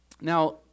Now